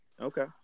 Okay